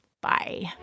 Bye